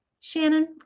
Shannon